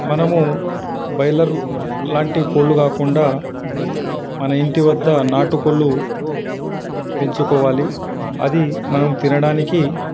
మనము బాయిలర్ లాంటి కోళ్ళు కాకుండా మన ఇంటి వద్ద నాటుకోళ్ళు పెంచుకోవాలి అది మనం తినడానికి